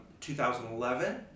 2011